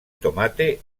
tomate